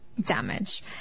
Damage